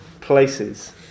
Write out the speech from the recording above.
places